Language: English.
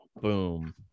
boom